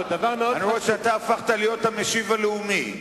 אני רואה שהפכת להיות המשיב הלאומי.